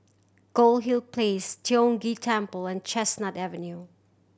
Goldhill Place Tiong Ghee Temple and Chestnut Avenue